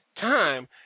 time